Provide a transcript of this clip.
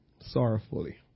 sorrowfully